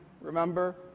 remember